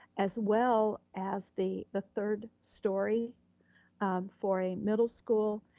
as well as the the third story for a middle school,